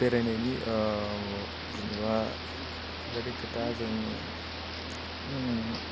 बेरायनायनि जेनेबा खोथाथे खोथा जों